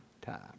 time